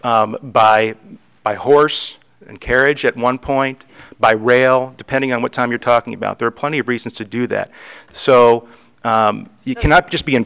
by by horse and carriage at one point by rail depending on what time you're talking about there are plenty of reasons to do that so you cannot just be